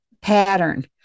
pattern